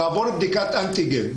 יעבור בדיקת אנטיגן,